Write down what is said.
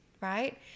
right